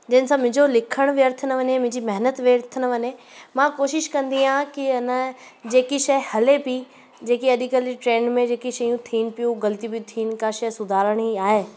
जंहिं सां मुंहिंजो लिखणु व्यर्थ न वञे मुंहिंजी महिनत व्यर्थ न वञे मां कोशिश कंदी आहे कि न जेकी शइ हले पई जेकी अॼुकल्ह जी ट्रैंड में जेकी शयूं थियन पियूं ग़लितियूं बि थियनि का शइ सुधारणी आहे